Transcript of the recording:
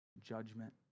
judgment